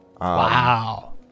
Wow